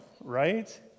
right